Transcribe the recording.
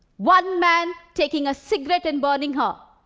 one man taking a cigarette and burning her,